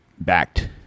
backed